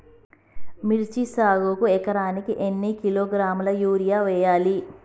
మిర్చి సాగుకు ఎకరానికి ఎన్ని కిలోగ్రాముల యూరియా వేయాలి?